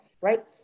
right